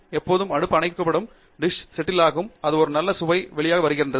எப்போது அடுப்பு அணைக்கப்படும் போது டிஷ் செட்டில் போது அது ஒரு நல்ல சுவைக்கு வெளியே வருகிறது